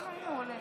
הינה, הוא פה.